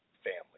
family